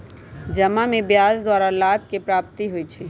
जमा में ब्याज द्वारा लाभ के प्राप्ति होइ छइ